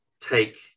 take